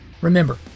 Remember